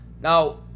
Now